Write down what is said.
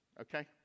Okay